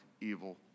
evil